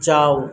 যাও